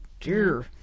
dear